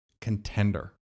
contender